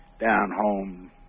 down-home